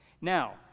Now